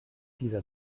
dieser